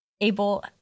Abel